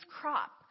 crop